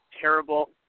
terrible